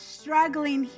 struggling